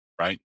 Right